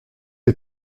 est